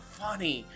funny